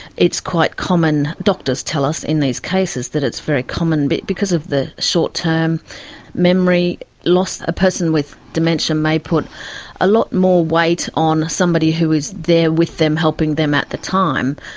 it's quite common, doctors tell us in these cases that it's very common, but because of the short-term memory loss, a person with dementia may put a lot more weight on somebody who is there with them helping them at the time.